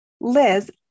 Liz